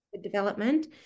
development